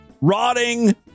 rotting